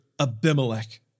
Abimelech